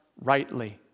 rightly